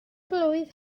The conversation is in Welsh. blwydd